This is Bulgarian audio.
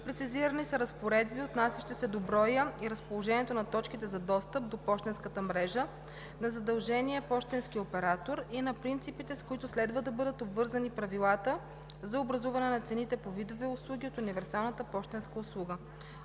Прецизирани са разпоредби, отнасящи се до броя и разположението на точките за достъп до пощенската мрежа, на задълженията на пощенския оператор и на принципите, с които следва да бъдат обвързани правилата за образуване на цените по видове услуги от универсалната пощенска услуга.